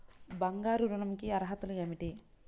బంగారు ఋణం కి అర్హతలు ఏమిటీ?